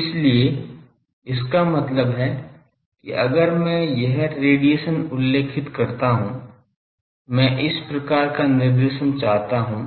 इसलिए इसका मतलब है कि अगर मैं यह रेडिएशन उल्लेखित करता हूं मैं इस प्रकार का निर्देशन चाहता हूं